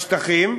בשטחים,